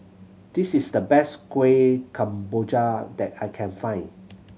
this is the best Kuih Kemboja that I can find